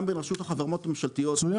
גם בין רשות החברות הממשלתיות --- מצוין.